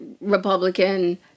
Republican